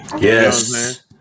yes